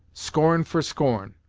scorn for scorn,